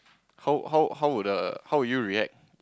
how how how would the how would you react